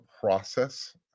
process